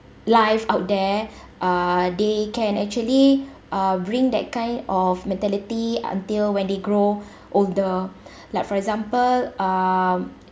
life out there uh they can actually uh bring that kind of mentality until when they grow older like for example um